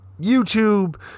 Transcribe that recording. YouTube